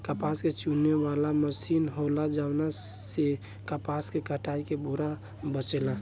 कपास चुने वाला मशीन होला जवना से कपास के कटाई के बेरा समय बचेला